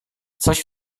coś